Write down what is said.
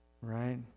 Right